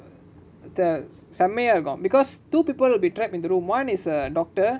is the செமயா இருக்கு:semayaa iruku because two people will be trapped in the room one is a doctor